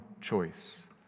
choice